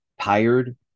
tired